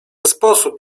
sposób